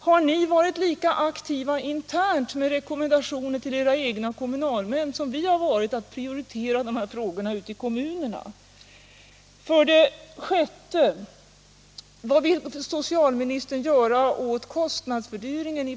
Har ni varit lika aktiva internt med rekommendationer till era egna kommunalmän att prioritera de här frågorna ute i kommunerna som vi har varit? 6.